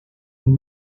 une